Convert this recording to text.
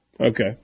Okay